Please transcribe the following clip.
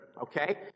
Okay